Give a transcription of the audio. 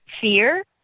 Fear